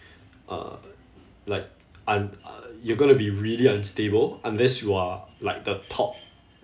uh like un~ you are going to be really unstable unless you are like the top